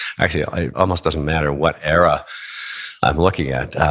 actually, it almost doesn't matter what era i'm looking at.